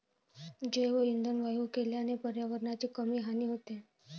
जैवइंधन वायू केल्याने पर्यावरणाची कमी हानी होते